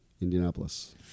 Indianapolis